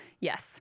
yes